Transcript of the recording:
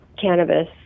cannabis